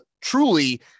truly